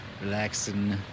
relaxing